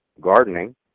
gardening